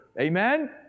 Amen